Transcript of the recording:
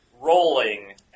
rolling